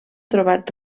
trobat